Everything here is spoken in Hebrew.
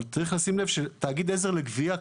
צריך לשים לב שתאגיד עזר לגבייה,